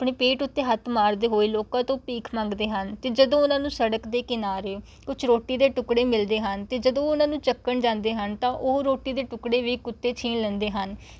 ਆਪਣੇ ਪੇਂਟ ਉੱਤੇ ਹੱਥ ਮਾਰਦੇ ਹੋਏ ਲੋਕਾਂ ਤੋਂ ਭੀਖ ਮੰਗਦੇ ਹਨ ਅਤੇ ਜਦੋਂ ਉਹਨਾਂ ਨੂੰ ਸੜਕ ਦੇ ਕਿਨਾਰੇ ਕੁਝ ਰੋਟੀ ਦੇ ਟੁੱਕੜੇ ਮਿਲਦੇ ਹਨ ਅਤੇ ਜਦੋਂ ਉਹ ਉਹਨਾਂ ਨੂੰ ਚੱਕਣ ਜਾਂਦੇ ਹਨ ਤਾਂ ਉਹ ਰੋਟੀ ਦੇ ਟੁੱਕੜੇ ਵੀ ਕੁੱਤੇ ਛੀਨ ਲੈਂਦੇ ਹਨ